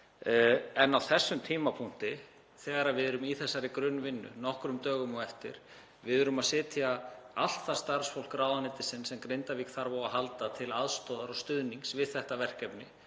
Á þessum tímapunkti erum við í þessari grunnvinnu nokkrum dögum á eftir, við erum að setja allt það starfsfólk ráðuneytisins sem Grindavík þarf á að halda til aðstoðar og stuðnings við þetta verkefni